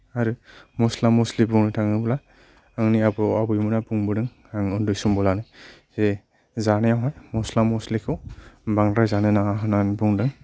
आरो मसला मसलि बुंनो थाङोब्ला आंनि आबौ आबैमोना बुंबोदों आं उन्दै समब्लानो जे जानायावहाय मसला मसलिखौ बांद्राय जानो नाङा होन्नानै बुंदों